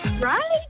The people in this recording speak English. Right